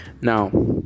now